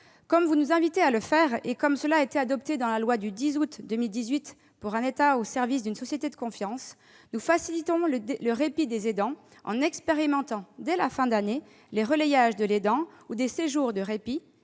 Comme vous nous invitez à le faire et comme cela a été adopté dans la loi du 10 août 2018 pour un État au service d'une société de confiance, nous entendons faciliter le répit des aidants, en expérimentant, dès la fin de l'année, les relayages de l'aidant ou des séjours de répit